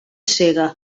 cega